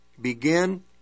begin